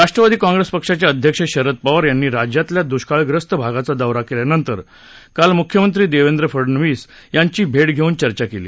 राष्ट्रवादी काँग्रेस पक्षाचे अध्यक्ष शरद पवार यातीीराज्यातल्या दुष्काळग्रस्त भागाचा दौरा केल्यानस्ति काल मुख्यमस्ती देवेंद्र फडनवीस यातीी भेञ घेऊन चर्चा केली